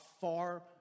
far